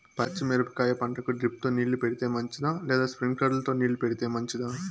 పచ్చి మిరపకాయ పంటకు డ్రిప్ తో నీళ్లు పెడితే మంచిదా లేదా స్ప్రింక్లర్లు తో నీళ్లు పెడితే మంచిదా?